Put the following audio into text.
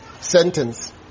sentence